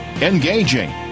engaging